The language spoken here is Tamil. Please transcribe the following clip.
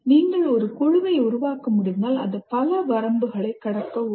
நீங்கள் ஒரு குழுவை உருவாக்க முடிந்தால் அது பல வரம்புகளை கடக்க உதவும்